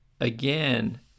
again